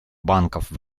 банков